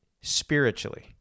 spiritually